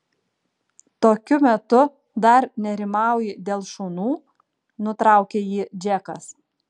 tokiu metu dar nerimauji dėl šunų nutraukė jį džekas